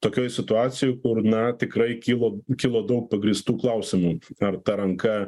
tokioj situacijoj kur na tikrai kilo kilo daug pagrįstų klausimų ar ta ranka